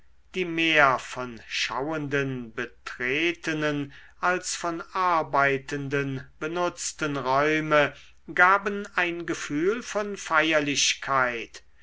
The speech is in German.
die mehr von schauenden betretenen als von arbeitenden benutzten räume gaben ein gefühl von feierlichkeit